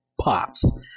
pops